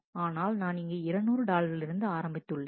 ஆனால் நான் இங்கு 200 டாலரிலிருந்து ஆரம்பித்துள்ளேன்